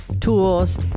tools